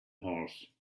horse